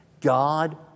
God